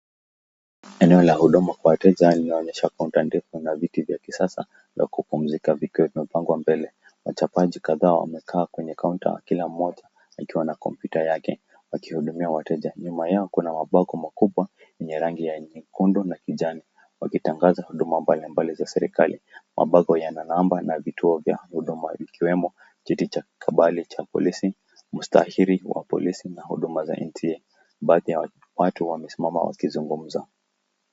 Eneo la huduma kwa wateja linaonyesha kaunta ndefu na viti vya kisasa vya kupumzika vikiwa vimepangwa mbele. Wachapaji kadhaa wamekaa kwenye kaunta kila mmoja akiwa na kompyuta yake wakihudumia wateja. Nyuma yao kuna mabango makubwa yenye rangi ya nyekundu na kijani wakitangaza huduma mbalimbali za serikali. Mabango yana namba na vituo vya huduma ikiwemo jeti cha kabali cha polisi, mustahili wa polisi na huduma za NTA. Baadhi ya watu wamesimama wakizungumza.